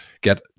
get